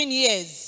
years